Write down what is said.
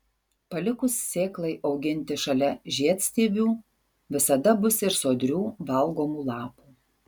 palikus sėklai auginti šalia žiedstiebių visada bus ir sodrių valgomų lapų